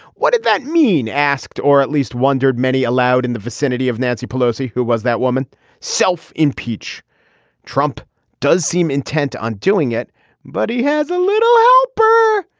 what did that mean asked or at least wondered many aloud in the vicinity of nancy pelosi. who was that woman self impeach trump does seem intent on doing it but he has a little outburst.